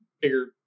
bigger